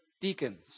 deacons